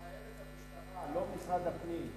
חייבת המשטרה ולא משרד הפנים.